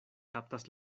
kaptas